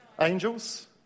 Angels